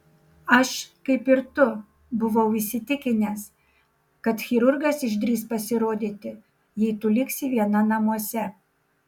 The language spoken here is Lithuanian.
aš kaip ir tu buvau įsitikinęs kad chirurgas išdrįs pasirodyti jei tu liksi viena namuose